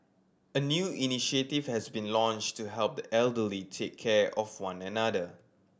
a new initiative has been launched to help the elderly take care of one another